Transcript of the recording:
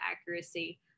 accuracy